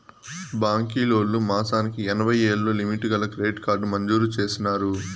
బాంకీలోల్లు మాసానికి ఎనభైయ్యేలు లిమిటు గల క్రెడిట్ కార్డు మంజూరు చేసినారు